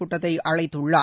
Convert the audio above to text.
கூட்டத்தை அழைத்துள்ளார்